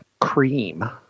cream